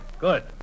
Good